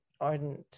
ardent